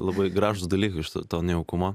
labai gražūs dalykai to nejaukumo